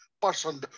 person